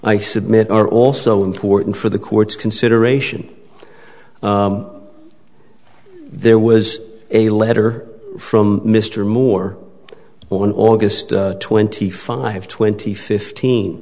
i submit are also important for the court's consideration there was a letter from mr moore on august twenty five twenty fifteen